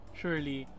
surely